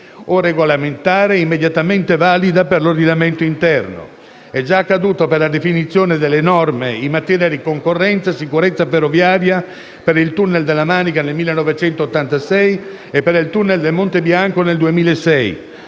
o regolamentare immediatamente valida per l'ordinamento interno. È già accaduto per la definizione delle norme in materia di concorrenza e sicurezza ferroviaria per il Tunnel della Manica nel 1986 e per il Tunnel del Monte Bianco nel 2006.